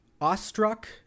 awestruck